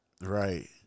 right